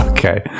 Okay